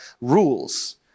Rules